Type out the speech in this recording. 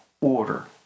order